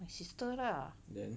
then